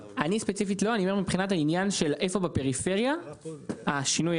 שינוי של ההוראה זה באחריות השרה ובסמכותה.